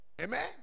Amen